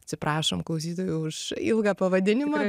atsiprašom klausytojų už ilgą pavadinimą